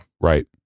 Right